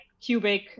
cubic